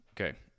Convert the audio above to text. okay